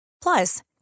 Plus